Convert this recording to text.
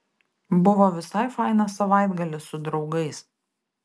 buvo visai fainas savaitgalis su draugais